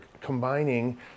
combining